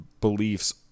beliefs